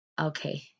okay